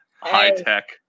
high-tech